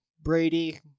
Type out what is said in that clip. brady